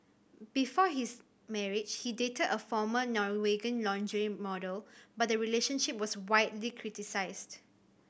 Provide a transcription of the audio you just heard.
before his marriage he dated a former Norwegian lingerie model but the relationship was widely criticised